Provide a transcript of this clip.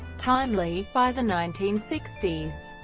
timely, by the nineteen sixty s,